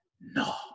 no